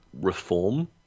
reform